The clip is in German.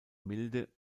milde